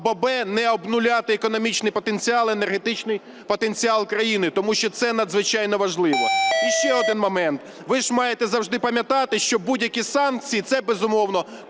б) не обнуляти економічний потенціал, енергетичний потенціал країни, тому що це надзвичайно важливо. І ще один момент. Ви ж маєте завжди пам'ятати, що будь-будь які санкції – це, безумовно,